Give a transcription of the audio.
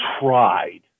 tried